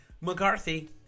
McCarthy